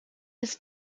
his